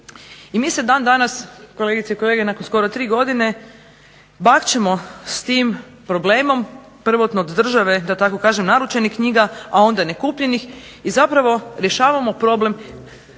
I mi se dan danas kolegice i kolege nakon skoro tri godine bakćemo s tim problemom prvotno od države da tako kažem naručenih knjiga a onda nekupljenih i zapravo rješavamo problem